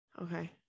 Okay